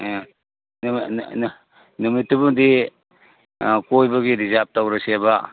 ꯑꯦ ꯅꯨꯃꯤꯠꯇꯨꯃꯗꯤ ꯀꯣꯏꯕꯒꯤ ꯔꯤꯖꯥꯕ ꯇꯧꯔꯁꯦꯕ